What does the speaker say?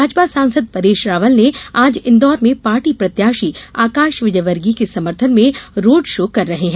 भाजपा सांसद परेश रावल ने आज इंदौर में पार्टी प्रत्याशी आकाश विजयवर्गीय के समर्थन में रोड़ शो कर रहे हैं